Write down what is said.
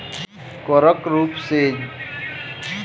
करक रूप मे जे धन उगाही कयल जाइत छै, ओकरा कर राजस्व कहल जाइत छै